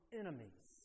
enemies